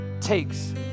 takes